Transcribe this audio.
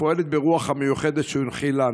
ופועלת ברוח המיוחדת שהוא הנחיל לנו.